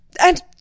And